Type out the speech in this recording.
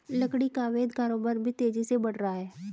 लकड़ी का अवैध कारोबार भी तेजी से बढ़ रहा है